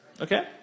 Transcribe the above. Okay